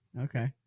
Okay